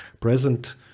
present